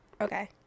okay